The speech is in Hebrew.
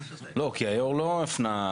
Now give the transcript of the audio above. לא, כי היו"ר לא היפנה.